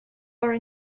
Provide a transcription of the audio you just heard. are